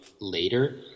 later